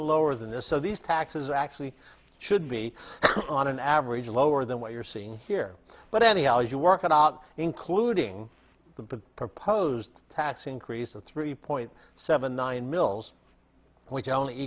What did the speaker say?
the lower than this so these taxes actually should be on an average lower than what you're seeing here but anyhow if you work it out including the proposed tax increase of three point seven nine mils which only